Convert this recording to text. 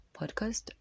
podcast